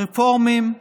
הרפורמים,